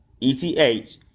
ETH